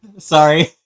sorry